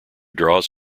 draws